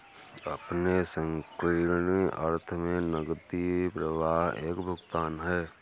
अपने संकीर्ण अर्थ में नकदी प्रवाह एक भुगतान है